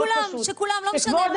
דם -- כולם, לא משנה מי.